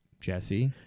jesse